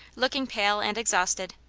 looking pale and exhausted,